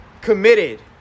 committed